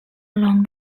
along